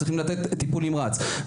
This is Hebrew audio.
לזירה צריכים להביא טיפול נמרץ.